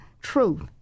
truth